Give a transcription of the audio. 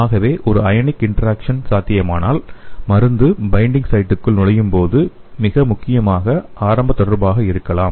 ஆகவே ஒரு ionic interaction சாத்தியமானால் மருந்து பைண்டிங் சைட்டுக்குள் நுழையும் போது மிக முக்கியமான ஆரம்ப தொடர்பாக இருக்கலாம்